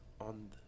on